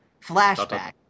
Flashback